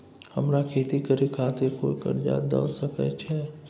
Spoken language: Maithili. हमरा खेती करे खातिर कोय कर्जा द सकय छै?